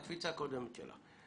הילדים.